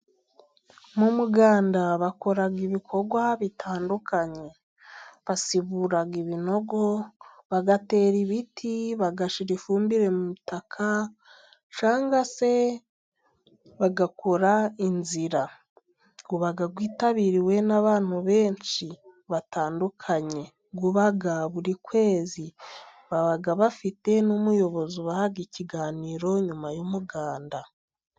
Mu muganda bakora ibikorwa bitandukanye basibura ibinogo ,bagatera ibiti, bagashyira ifumbire mu butaka cyangwa se bagakora inzira, uba witabiriwe n'abantu benshi batandukanye uba buri kwezi ,baba bafite n'umuyobozi ubaha ikiganiro nyuma y'umuganda.